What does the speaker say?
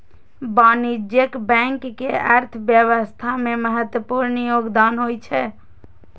वाणिज्यिक बैंक के अर्थव्यवस्था मे महत्वपूर्ण योगदान होइ छै